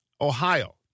Ohio